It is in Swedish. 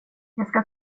ska